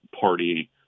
party